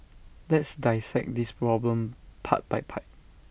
let's dissect this problem part by part